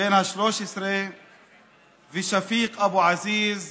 בן ה-13 ושפיק אבו עזיז